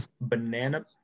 banana